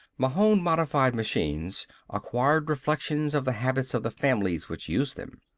mahon-modified machines acquired reflections of the habits of the families which used them.